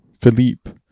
Philippe